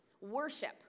worship